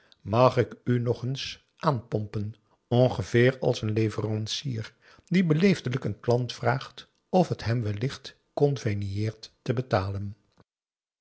mag ik u nog eens aanpompen ongeveer als een leverancier die beleefdelijk een klant vraagt of t hem wellicht conveniëert te betalen